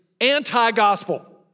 anti-gospel